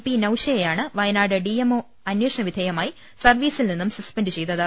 P നൌഷയെയാണ് Wayanad DMO അമ്പേഷണ വിധേയമായി സർവ്വീസിൽ നിന്നും സസ്പെന്റ് ചെയ്തത്